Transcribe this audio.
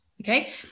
Okay